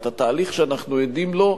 את התהליך שאנחנו עדים לו,